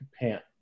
pant